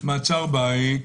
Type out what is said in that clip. מעצר בית.